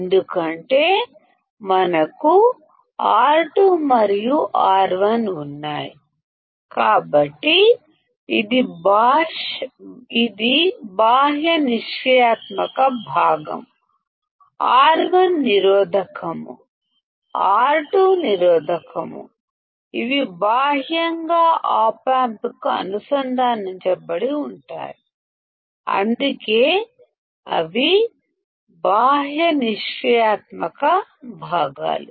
ఎందుకంటే మనకు R2 మరియు R1 ఉన్నాయి కాబట్టి ఇది బాహ్య నిష్క్రియాత్మక భాగం R1 నిరోధకం R2 నిరోధకం ఇవి బాహ్యంగా ఆప్ ఆంప్ కి అనుసంధానించబడి ఉంటాయి అందుకే అవి బాహ్య నిష్క్రియాత్మక భాగాలు